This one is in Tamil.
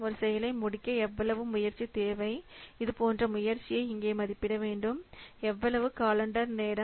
ஒரு செயலை முடிக்க எவ்வளவு முயற்சி தேவை இது போன்ற முயற்சியை இங்கே மதிப்பிடவேண்டும் எவ்வளவு காலண்டர் நேரம்